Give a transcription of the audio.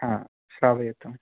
हा श्रावयतु